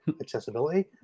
accessibility